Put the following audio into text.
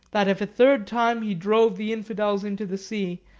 that if a third time he drove the infidels into the sea,